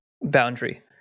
boundary